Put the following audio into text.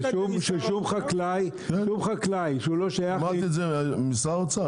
ששום חקלאי שהוא לא שייך לאיגוד --- שמעתי את זה ממשרד האוצר.